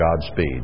Godspeed